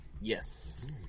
Yes